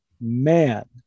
man